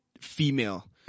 female